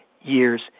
years